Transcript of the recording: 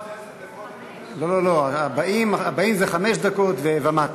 לא, לא, הבאים זה חמש דקות ומטה.